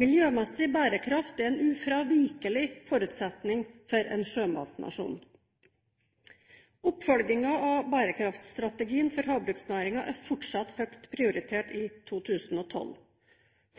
Miljømessig bærekraft er en ufravikelig forutsetning for en sjømatnasjon. Oppfølgingen av bærekraftstrategien for havbruksnæringen er fortsatt høyt prioritert i 2012.